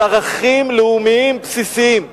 על ערכים לאומיים בסיסיים.